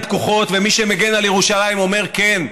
פקוחות ומי שמגן על ירושלים אומר: כן,